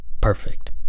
Perfect